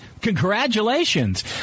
congratulations